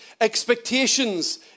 Expectations